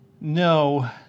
No